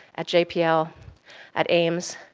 at jpl, at ames.